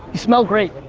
you smell great.